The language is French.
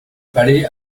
palais